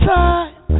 time